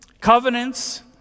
covenants